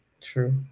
true